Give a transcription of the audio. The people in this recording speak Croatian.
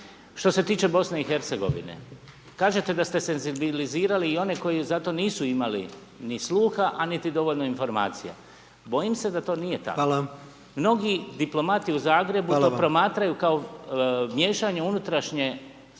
što se tiče BiH, kažete da ste senzibilizirali i one koji za to nisu imali ni sluha, a niti dovoljno informacija. Bojim se da to nije tako…/Upadica: Hvala/… Mnogi diplomati u Zagrebu…/Upadica: Hvala vam/…to promatraju kao miješanje u unutrašnje stvari